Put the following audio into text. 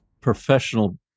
professional